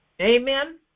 Amen